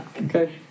Okay